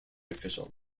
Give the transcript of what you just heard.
official